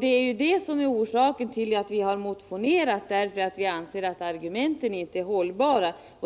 Det är ju orsaken till att vi motionerat. Vi anser att argumenten inte är hållbara.